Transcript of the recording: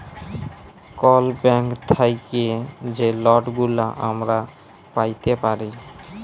call bank থ্যাইকে যে লটগুলা আমরা প্যাইতে পারি